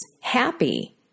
happy